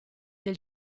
del